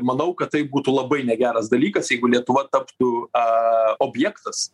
manau kad tai būtų labai negeras dalykas jeigu lietuva taptų a objektas